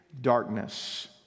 darkness